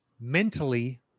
Mentally